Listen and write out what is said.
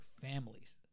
families